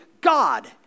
God